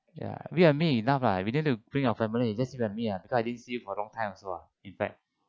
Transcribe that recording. ya you and me enough lah we didn't need to bring our family just you and me ah because I didn't see you for a long time also uh in fact